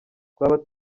twaba